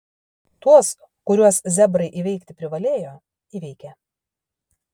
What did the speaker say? tuos kuriuos zebrai įveikti privalėjo įveikė